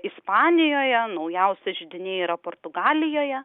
ispanijoje naujausi židiniai yra portugalijoje